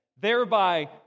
thereby